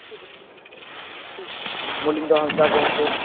ᱢᱚᱞᱤᱱᱫᱚ ᱦᱟᱸᱥᱫᱟ ᱜᱚᱝᱠᱮ